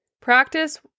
Practice